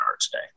today